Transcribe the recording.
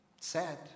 sad